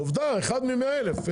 עובדה, 1 מ- 100 אלף.